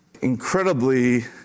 incredibly